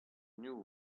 new